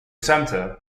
centre